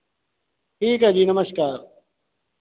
ठीक है जी नमस्कार